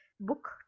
Book